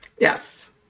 Yes